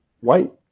white